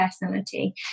personality